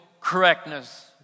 correctness